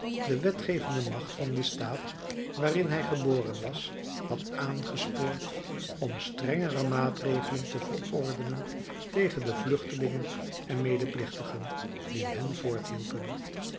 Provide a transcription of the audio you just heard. de wetgevende macht van den staat waarin hij geboren was had aangespoord om strengere maatregelen te verordenen tegen de vluchtelingen en medeplichtigen die hen